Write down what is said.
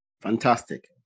fantastic